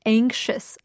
anxious